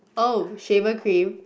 oh shaver cream